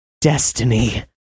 destiny